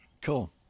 Cool